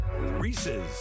Reese's